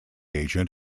agent